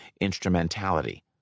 instrumentality